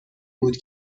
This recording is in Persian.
بود